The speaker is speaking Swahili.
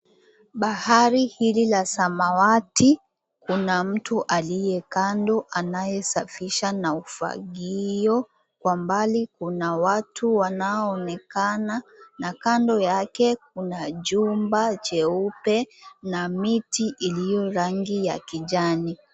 Bahari hili la samawati kuna mtu aliye kando anayesafisha na ufagio, kwa mbali kuna watu wanaonekana na kando yake kuna jumba jeupe na miti iliyo rangi ya kijani.